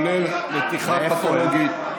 כולל נתיחה פתולוגית,